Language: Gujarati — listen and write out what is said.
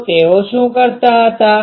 તો તેઓ શું કરતા હતા